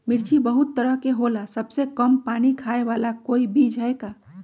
मिर्ची बहुत तरह के होला सबसे कम पानी खाए वाला कोई बीज है का?